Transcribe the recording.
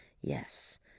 Yes